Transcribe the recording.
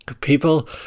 people